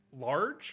large